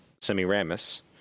Semiramis